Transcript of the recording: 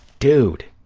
dude.